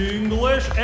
English